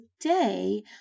today